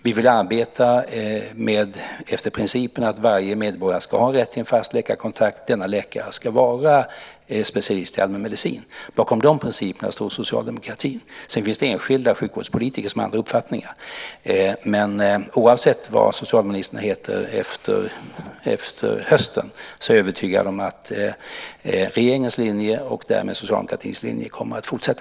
Vi vill arbeta efter principerna att varje medborgare ska ha rätt till en fast läkarkontakt och att denna läkare ska vara specialist inom allmänmedicin. Bakom de principerna står socialdemokratin. Sedan finns det enskilda sjukvårdspolitiker som har andra uppfattningar, men oavsett vad socialministern heter efter hösten är jag övertygad om att regeringens linje och därmed socialdemokratins linje kommer att fortsätta.